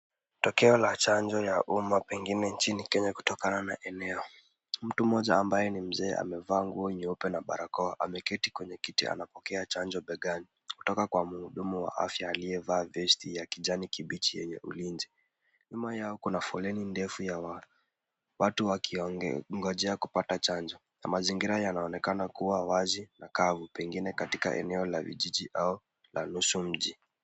Tukio la chanjo ya umma pengine nchini Kenya kutokana na eneo. Mtu mmoja ambaye ni mzee amevaa nguo nyeupe na barakoa. Ameketi kwenye kiti anapokea chanjo begani kutoka kwa mhudumu wa afya aliyevaa vesti ya kijani kibichi yenye ulinzi. Nyuma yao kuna foleni ndefu ya watu wakingojea kupata chanjo na mazingira yanayoonekana kuwa wazi na kamu pengine katika eneo la vijijini au nusu mji.